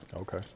Okay